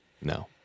No